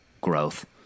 growth